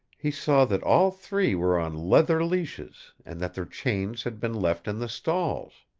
he saw that all three were on leather leashes and that their chains had been left in the stalls.